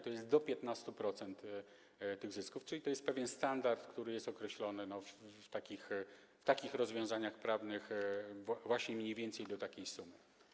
To jest do 15% tych zysków, czyli to jest pewien standard, który jest określony w takich rozwiązaniach prawnych właśnie mniej więcej do takiej sumy.